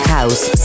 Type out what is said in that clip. House